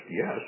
yes